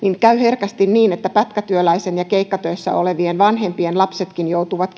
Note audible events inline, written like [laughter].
käy herkästi niin että pätkätyöläisten ja keikkatöissä olevien vanhempien lapsetkin joutuvat [unintelligible]